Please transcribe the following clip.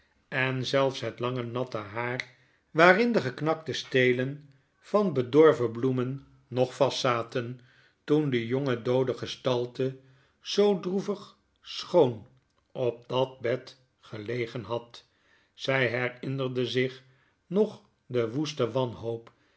en zelfs het lange natte haar waarin de geknakte stelen van bedorven bloemen nog vastzaten toen de jonge doode gestalte zoo droevig schoon op dat bed gelegen had zy herinnerde zich nog de woeste wanhoop